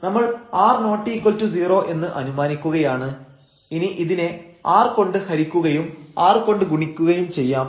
നമ്മൾ r≠0 എന്ന് അനുമാനിക്കുകയാണ് ഇനി ഇതിനെ r കൊണ്ട് ഹരിക്കുകയും r കൊണ്ട് ഗുണിക്കുകയും ചെയ്യാം